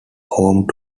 home